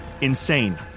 insane